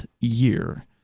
year